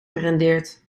gerendeerd